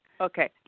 Okay